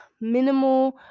minimal